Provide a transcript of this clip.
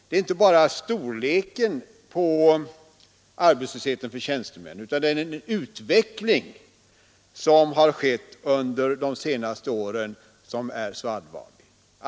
Det är inte bara storleken på arbetslösheten för tjänstemännen utan även den utveckling som har skett under de senaste åren som är allvarlig.